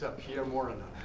ah pierre morenon.